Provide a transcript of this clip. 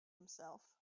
himself